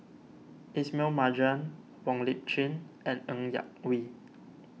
Ismail Marjan Wong Lip Chin and Ng Yak Whee